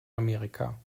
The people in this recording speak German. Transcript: amerika